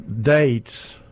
dates